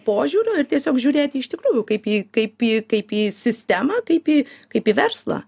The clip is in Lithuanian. požiūrio ir tiesiog žiūrėti iš tikrųjų kaip jį kaip į kaip į sistemą kaip į kaip į verslą